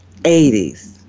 80s